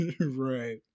Right